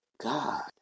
God